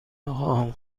نخواهم